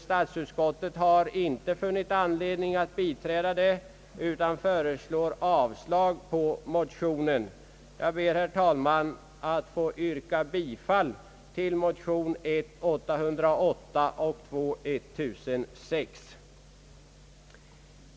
Statsutskottet har inte funnit anledning biträda det, utan föreslår avslag på motionen. Jag ber, herr talman, att få yrka bifall till motionsparet I: 808 och II: 1006.